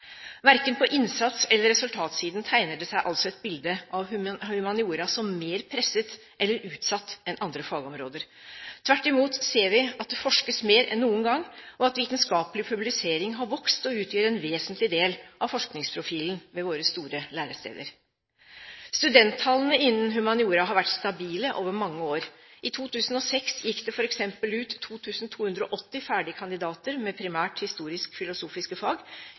Verken på innsats- eller resultatsiden tegner det seg altså et bilde av humaniora som mer presset eller utsatt enn andre fagområder. Tvert imot ser vi at det forskes mer enn noen gang, og at vitenskapelig publisering har vokst og utgjør en vesentlig del av forskningsprofilen ved våre store læresteder. Studenttallene innen humaniora har vært stabile over mange år. I 2006 gikk det f.eks. ut 2 280 ferdige kandidater med primært historisk-filosofiske fag.